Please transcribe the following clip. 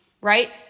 Right